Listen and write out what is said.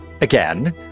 again